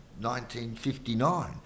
1959